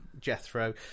Jethro